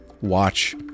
watch